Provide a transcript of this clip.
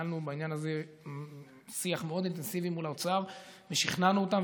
ניהלנו בעניין הזה שיח מאוד אינטנסיבי מול האוצר ושכנענו אותם,